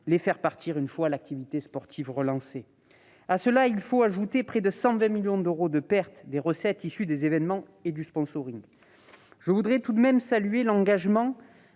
les faire partir une fois l'activité sportive relancée. À cela, il faut ajouter près de 120 millions d'euros de pertes de recettes issues des événements et du sponsoring. Je salue l'engagement